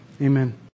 Amen